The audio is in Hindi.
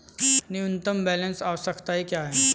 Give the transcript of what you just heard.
न्यूनतम बैलेंस आवश्यकताएं क्या हैं?